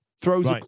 Throws